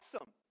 awesome